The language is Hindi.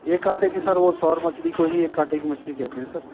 एक काटे की सर वह सौर मछरी को ही एक काटे की मछली कहते हैं सर